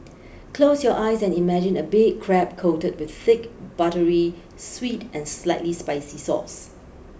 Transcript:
close your eyes and imagine a big crab coated with thick buttery sweet and slightly spicy sauce